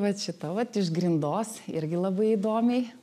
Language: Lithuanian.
vat šita vat iš grindos irgi labai įdomiai